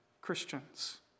Christians